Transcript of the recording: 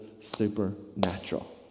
supernatural